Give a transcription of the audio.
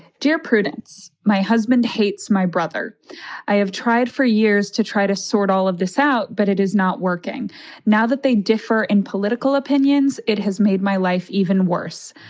dear prudence. my husband hates my brother i have tried for years to try to sort all of this out, but it is not working now that they differ in political opinions. it has made my life even worse.